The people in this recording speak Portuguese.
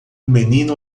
menino